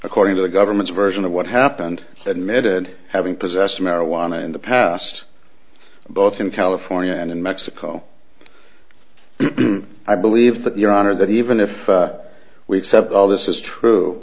according to the government's version of what happened that method having possessed marijuana in the past both in california and in mexico i believe that your honor that even if we accept all this is true